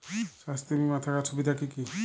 স্বাস্থ্য বিমা থাকার সুবিধা কী কী?